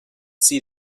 sie